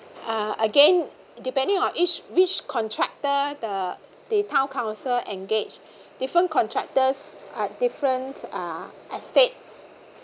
uh again depending on each which contractor the the town council engage different contractors uh different uh estate